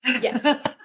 Yes